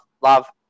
love